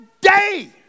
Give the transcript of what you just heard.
day